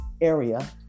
area